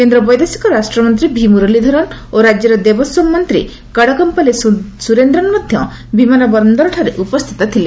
କେନ୍ଦ୍ର ବୈଦେଶିକ ରାଷ୍ଟ୍ରମନ୍ତ୍ରୀ ଭି ମୁରଲୀଧରନ୍ ଓ ରାଜ୍ୟର ଦେବସ୍ୱମ୍ ମନ୍ତ୍ରୀ କଡ଼କମ୍ପାଲି ସୁରେନ୍ଦ୍ରନ୍ ମଧ୍ୟ ବିମାନ ବନ୍ଦରଠାରେ ଉପସ୍ଥିତ ଥିଲେ